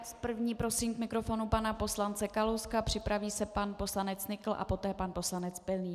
První prosím k mikrofonu pana poslance Kalouska, připraví se pan poslanec Nykl a poté pan poslanec Pilný.